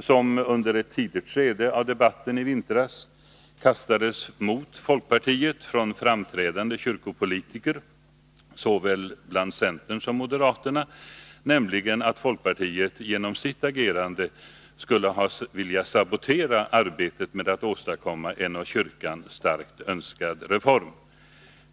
som under ett tidigt skede av debatten i vintras kastades mot folkpartiet från framträdande kyrkopolitiker såväl inom centern som inom moderaterna, nämligen att folkpartiet genom sitt agerande skulle ha velat sabotera arbetet med att åstadkomma en av kyrkan starkt önskad reform.